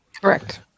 Correct